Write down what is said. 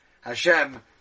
Hashem